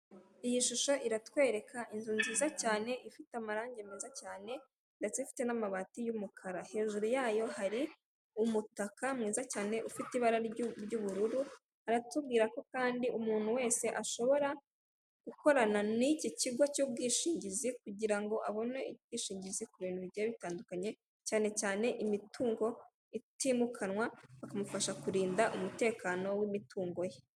Iyi shusho irikutwereka inzu nziza cyane ifite amarange cyane ndetse ifite n'amabati y'umukara hejru yayo hari n'umutaka mwiza cyane ufite ibara ry'ubururu aratubwira ko kandi umuntu wese ashobora gukorana n'iki kigo cy'ubwishingizi kugira ngo abone ubwishingizi bigiye butandukanye, cyane cyane imitungu itimukanwa ikamufasha kurinda umutekano w'imitungo ye.